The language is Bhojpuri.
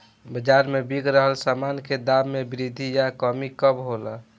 बाज़ार में बिक रहल सामान के दाम में वृद्धि या कमी कब होला?